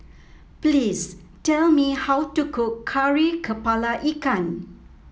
please tell me how to cook Kari kepala Ikan